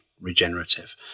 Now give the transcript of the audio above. regenerative